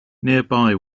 nearby